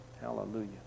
Hallelujah